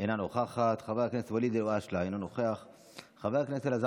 אינה נוכחת, חבר הכנסת ואליד אלהואשלה, אינו נוכח.